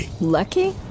Lucky